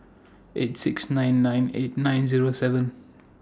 eight six nine nine eight nine Zero seven